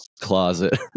closet